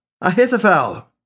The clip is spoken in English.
Ahithophel